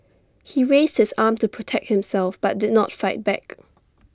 he raised his arm to protect himself but did not fight back